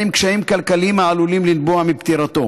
עם קשיים כלכליים העלולים לנבוע מפטירתו.